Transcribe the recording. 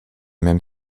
même